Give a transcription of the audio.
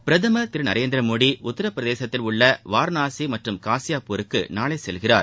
பிரதமர் திரு நரேந்திர மோடி உத்தரப்பிரதேசத்தில் உள்ள வாரணாசி மற்றும் காசியாபூருக்கு நாளை செல்கிறார்